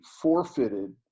forfeited